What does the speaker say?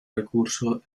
recurso